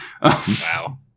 Wow